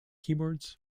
keyboards